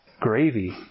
gravy